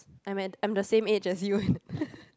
I'm at I'm the same age as you